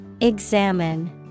Examine